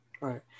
Right